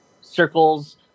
circles